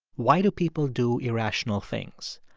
why do people do irrational things?